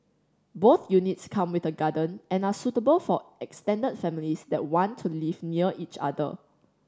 both units come with a garden and are suitable for extended families that want to live near each other